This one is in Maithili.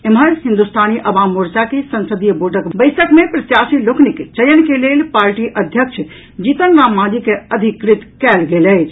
एम्हर हिन्दुस्तानी आवाम मोर्चा के संसदीय बोर्डक बैसक मे प्रत्याशी लोकनिक चयन के लेल पार्टी अध्यक्ष जीतनराम मांझी के अधिकृत कयल गेल अछि